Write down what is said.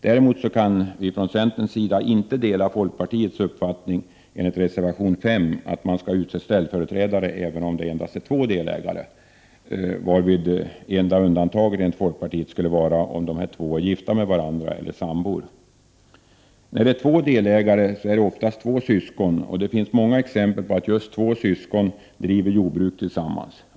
Däremot kan vi från centerns sida inte dela folkpartiets uppfattning enligt reservation 5 att ställföreträdare skall utses även om det finns endast två delägare, varvid enda undantaget enligt folkpartiets förslag skulle vara om de två är gifta med varandra eller sambor. När det finns två delägare är det oftast två syskon, och det finns många exempel på två syskon som driver jordbruk tillsammans.